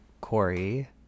Corey